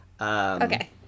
Okay